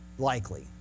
likely